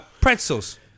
pretzels